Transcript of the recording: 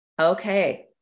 Okay